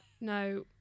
No